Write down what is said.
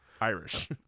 Irish